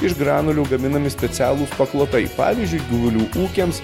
iš granulių gaminami specialūs paklotai pavyzdžiui gyvulių ūkiams